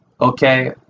Okay